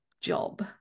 job